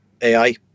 AI